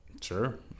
Sure